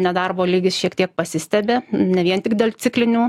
nedarbo lygis šiek tiek pasistiebė ne vien tik dėl ciklinių